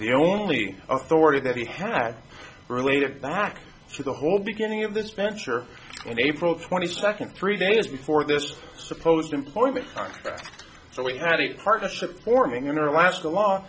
the only authority that he had related back to the whole beginning of this venture and april twenty second three days before this supposed employment so we had a partnership forming in our alaska l